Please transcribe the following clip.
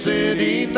City